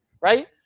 Right